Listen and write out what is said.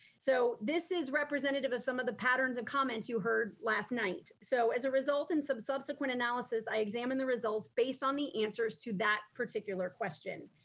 so this is representative of some of the patterns and comments you heard last night. so as a result, in some subsequent analysis, i examined the results based on the answers to that particular question.